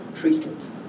treatment